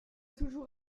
toujours